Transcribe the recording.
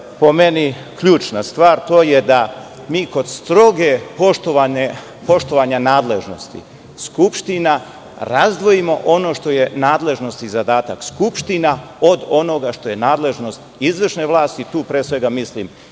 po meni ključna stvar jeste to da mi kod strogog poštovanja nadležnosti skupština, razdvojimo ono što je nadležnost i zadatak skupština od onoga što je nadležnost izvršne vlasti. Tu pre svega mislim na